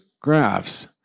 graphs